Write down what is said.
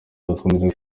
tugakomeza